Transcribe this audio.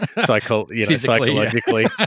psychologically